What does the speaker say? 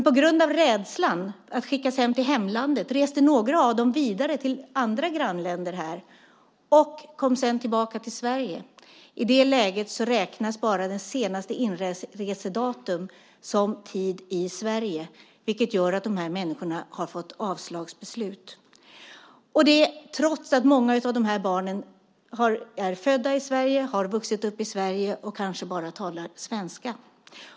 På grund av rädslan att skickas hem till hemlandet reste några av dem vidare till andra grannländer och kom sedan tillbaka till Sverige. I det läget räknas bara senaste inresedatum som tid i Sverige, vilket gör att dessa människor har fått avslagsbeslut trots att många av barnen är födda i Sverige, har vuxit upp i Sverige och kanske bara talar svenska.